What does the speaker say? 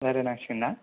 रायलाय नांसिगोन ना